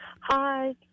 Hi